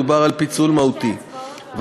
מדובר בפיצול מהותי.